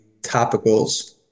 topicals